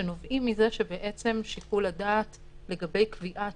שנובעים מזה שבעצם שיקול הדעת לגבי קביעת